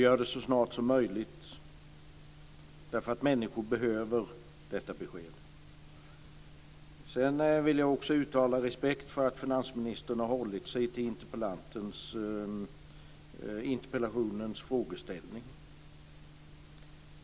Gör det så snart som möjligt, för människor behöver detta besked. Sedan vill jag också uttala respekt för att finansministern har hållit sig till interpellationens frågeställning.